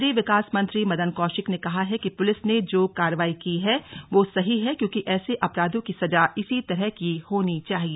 शहरी विकास मंत्री मदन कौशिक ने कहा है कि पुलिस ने जो कार्रवाई की है वह सही है क्योंकि ऐसे अपराधों की सजा इसी तरह की होनी चाहिए